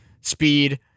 Speed